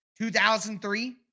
2003